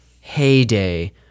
heyday